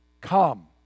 Come